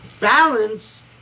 Balance